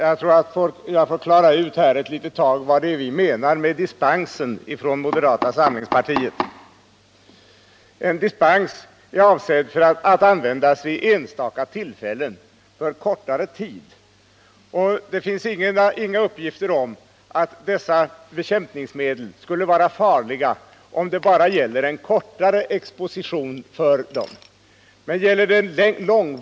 Herr talman! Jag tror att jag får klara ut vad vi från moderata samlingspartiet menar med dispens. En dispens är avsedd att användas vid enstaka tillfällen och för kortare tid. Det finns inga uppgifter om att dessa bekämpningsmedel skulle vara farliga om det bara gäller en kortare tids exponering.